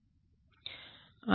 ठीक है